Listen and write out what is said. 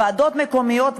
ועדות מקומיות,